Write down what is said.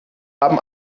haben